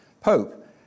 Pope